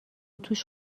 توش